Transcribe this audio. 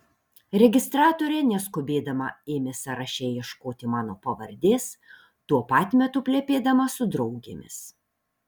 registratorė neskubėdama ėmė sąraše ieškoti mano pavardės tuo pat metu plepėdama su draugėmis